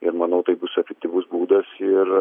ir manau tai bus efektyvus būdas ir